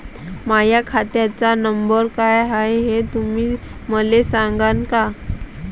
माह्या खात्याचा नंबर काय हाय हे तुम्ही मले सागांन का?